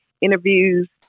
interviews